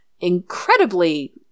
incredibly